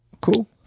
Cool